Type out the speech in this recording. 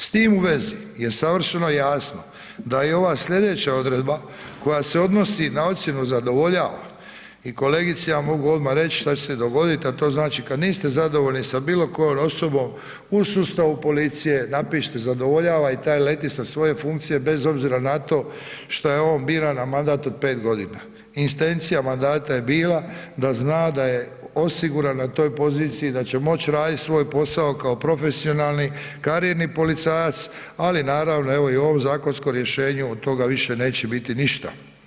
S tim u vezi je savršeno jasno da je ova slijedeća odredba koja se odnosi na ocjenu zadovoljava i kolegice, ja mogu reći šta se dogoditi a to znači kad niste zadovoljni sa bilokojom osobom u sustavu policije, napišete zadovoljava i taj leti sa svoje funkcije bez obzira na to šta je on biran na mandat od 5 g. Intencija mandata je bila da zna da je osigurano na toj poziciji i da će moći radit svoj posao kao profesionalni karijerni policajac ali naravno evo i u ovom zakonskom rješenju od toga više neće biti ništa.